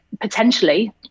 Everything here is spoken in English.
potentially